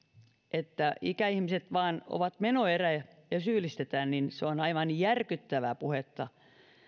että ikäihmiset ovat vain menoerä ja syyllistetään heitä se on aivan järkyttävää puhetta